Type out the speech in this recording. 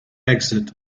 exit